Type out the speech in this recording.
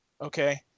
okay